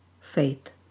faith